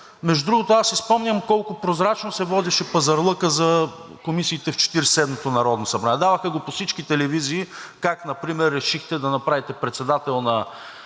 Между другото, аз си спомням колко прозрачно се водеше пазарлъкът за комисиите в Четиридесет и седмото народно събрание, даваха го по всички телевизии как например решихте да направите председател на